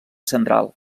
central